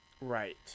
Right